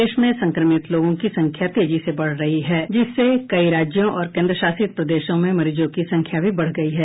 देश में संक्रमित लोगों की संख्या तेजी से बढ रही है जिससे कई राज्यों और केन्द्रशासित प्रदेशों में मरीजों की संख्या भी बढ गई है